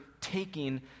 taking